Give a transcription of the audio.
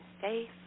safe